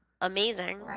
Amazing